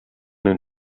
den